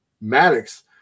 Maddox